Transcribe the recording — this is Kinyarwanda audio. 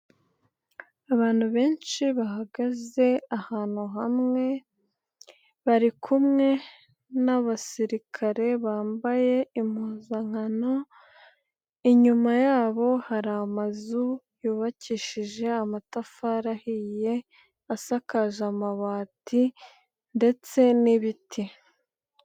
Abantu benshi bahagaze ahantu hamwe bari kumwe n'abasirikare bambaye impuzankano, inyuma yabo hari amazu yubakishije amatafari ahiye, asakaje amabati ndetse n'ibiti.